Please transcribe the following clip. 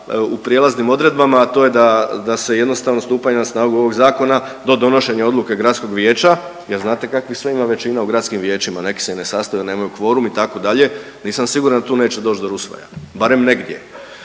u prijelaznim odredbama, a to je da se jednostavno stupanjem na snagu ovog zakona do donošenja odluke gradskog vijeća, jer znate kakvih sve većina ima u gradskim vijećima neki se ne sastaju, nemaju itd., nisam siguran da tu neće doći do rusvaja, barem negdje.